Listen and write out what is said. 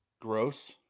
gross